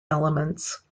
elements